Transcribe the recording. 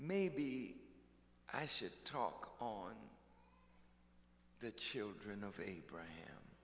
maybe i should talk on the children of abraham